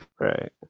Right